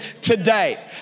today